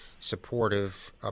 supportive